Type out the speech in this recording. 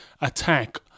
attack